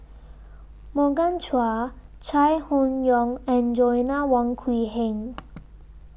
Morgan Chua Chai Hon Yoong and Joanna Wong Quee Heng